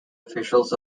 officials